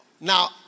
Now